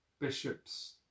Bishops